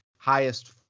highest